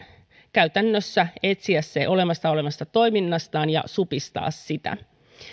käytännössä etsiä se olemassa olevasta toiminnastaan ja supistaa sitä